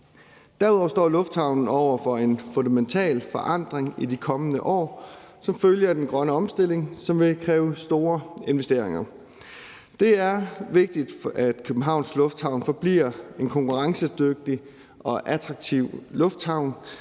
grønne omstilling over for en fundamental forandring i de kommende år, som vil kræve store investeringer. Det er vigtigt, at Københavns Lufthavn forbliver en konkurrencedygtig og attraktiv lufthavn,